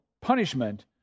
punishment